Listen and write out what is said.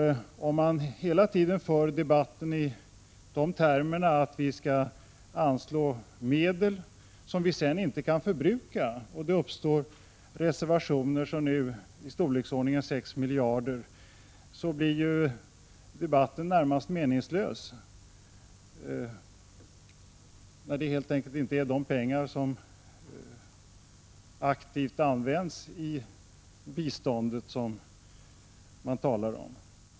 Om man hela tiden för debatten i de termerna, att vi skall anslå medel som vi sedan inte kan förbruka och det uppstår reservationer, som nu ligger i storleksordningen 6 miljarder, blir debatten närmast meningslös. Det är helt enkelt inte de pengar som aktivt används i biståndet som man talar om.